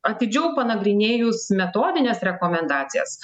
atidžiau panagrinėjus metodines rekomendacijas